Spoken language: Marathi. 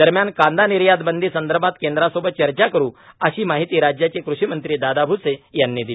दरम्यान कांदा निर्यातबंदी संदर्भात केंद्रासोबत चर्चा करू अशी माहिती राज्याचे कृषी मंत्री दादा भुसे यांनी दिली